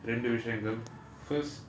ரெண்டு விஷயங்கள்:rendu vishayangal first